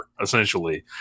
essentially